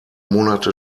monate